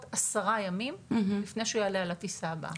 עשרה ימים לפני שהוא יעלה על הטיסה הבאה.